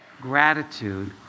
gratitude